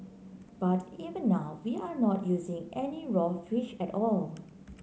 but even now we are not using any raw fish at all